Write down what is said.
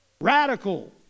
radical